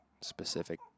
specific